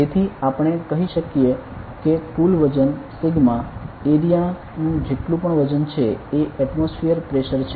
તેથી આપણે કહી શકીએ કે કુલ વજન સિગ્મા એરિયા નું જેટલું પણ વજન છે એ એટમોસ્ફિયર પ્રેશર છે